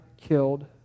killed